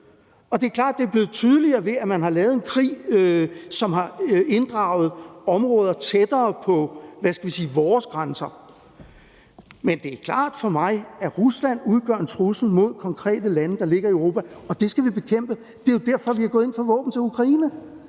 det er klart, at det er blevet tydeligere, ved at man har lavet en krig, som har inddraget områder tættere på vores grænser. Men det er klart for mig, at Rusland udgør en trussel mod konkrete lande, der ligger i Europa, og det skal vi bekæmpe. Det er jo derfor, vi er gået ind for våben til Ukraine.